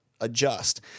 adjust